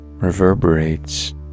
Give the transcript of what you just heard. reverberates